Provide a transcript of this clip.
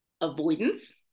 Avoidance